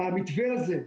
המתווה הזה,